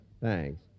Thanks